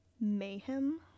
mayhem